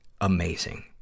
amazing